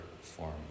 form